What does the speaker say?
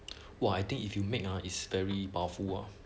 !wah! I think if you make ah is very powerful ah